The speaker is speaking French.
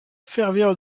servir